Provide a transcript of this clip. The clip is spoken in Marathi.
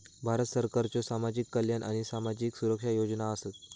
भारत सरकारच्यो सामाजिक कल्याण आणि सामाजिक सुरक्षा योजना आसत